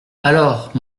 alors